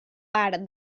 part